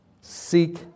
seek